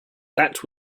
that